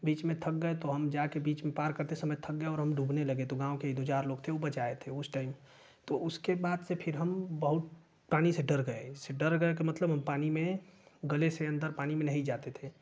बीच में थक गये तो हम जाके बीच में पार करते समय थक गये और बीच में हम डूबने लगे गाँव के दो चार लोग थे उ बचाए थे उस टाइम तो उसके बाद से फिर हम बहुत पानी से डर गये जैसे डर गये का मतलब पानी में गले से अंदर पानी में नहीं जाते थे